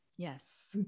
Yes